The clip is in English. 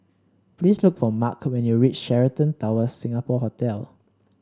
please look for Marc when you reach Sheraton Towers Singapore Hotel